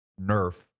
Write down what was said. nerf